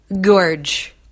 gorge